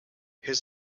his